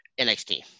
NXT